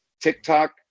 TikTok